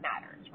matters